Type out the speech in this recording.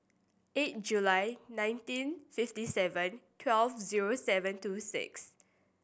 eight July nineteen fifty seven twelve zero seven two six